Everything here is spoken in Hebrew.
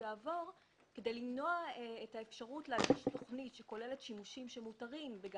שאפשר להגיש עליהם תוכניות ולא צריך בשבילם את החוק הזה.